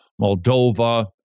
Moldova